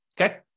Okay